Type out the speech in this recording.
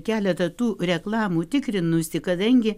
keletą tų reklamų tikrinusi kadangi